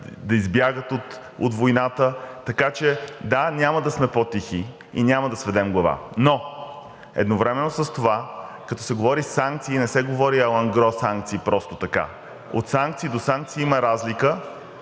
да избягат от войната. Така че, да, няма да сме по-тихи и няма да сведем глава. Но едновременно с това, като се говори за санкции, не се говори алангро санкции просто така. От санкции до санкции има разлика